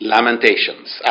Lamentations